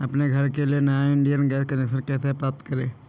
अपने घर के लिए नया इंडियन गैस कनेक्शन कैसे प्राप्त करें?